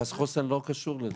מרכז חוסן לא קשור לזה.